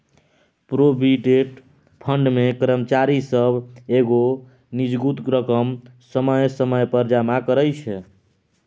provident fund मे कर्मचारी सब एगो निजगुत रकम समय समय पर जमा करइ छै